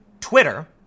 Twitter